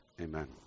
Amen